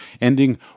ending